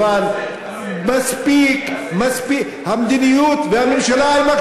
אבל מספיק, באסל, באסל, מספיק.